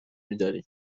میداریم